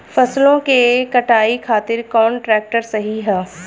फसलों के कटाई खातिर कौन ट्रैक्टर सही ह?